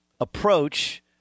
approach